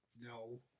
No